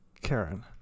Karen